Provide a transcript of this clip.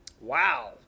Wow